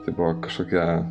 tai buvo kažkokia